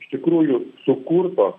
iš tikrųjų sukurto